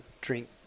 drink